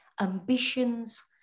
ambitions